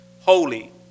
holy